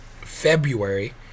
February